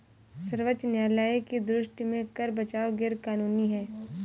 सर्वोच्च न्यायालय की दृष्टि में कर बचाव गैर कानूनी है